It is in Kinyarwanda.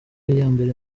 iyambere